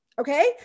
okay